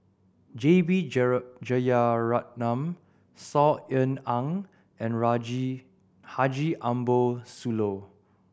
J B Jeyaretnam Saw Ean Ang and Raji Haji Ambo Sooloh